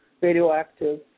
radioactive